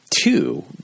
Two